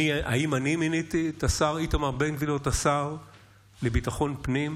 האם אני מיניתי את השר איתמר בן גביר להיות השר לביטחון פנים?